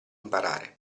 imparare